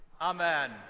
amen